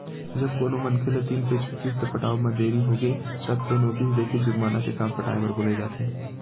जब कोनो मनखे ल तीन पइत के किस्त पटावब म देरी होगे तब तो नोटिस देके जुरमाना के साथ पटाए बर बोले जाथे